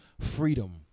freedom